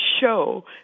show